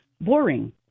boring